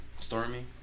Stormy